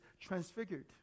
transfigured